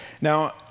Now